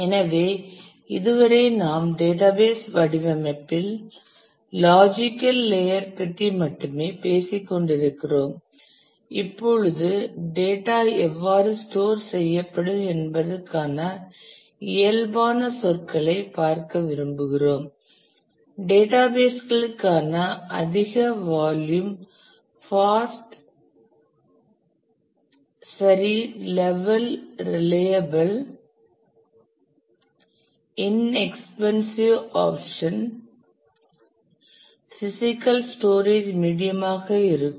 எனவே இதுவரை நாம் டேட்டாபேஸ் வடிவமைப்பின் லாஜிக்கல் லேயர் பற்றி மட்டுமே பேசிக்கொண்டிருக்கிறோம் இப்போது டேட்டா எவ்வாறு ஸ்டோர் செய்யப்படும் என்பதற்கான இயல்பான சொற்களைப் பார்க்க விரும்புகிறோம் டேட்டாபேஸ்களுக்கான அதிக வால்யூம் ஃபாஸ்ட் சரி level reliable inexpensive option physical storage medium ஆக இருக்கும்